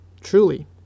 truly